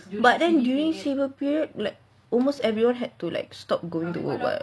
but then during C_B period like almost everyone had to like stop going to work [what]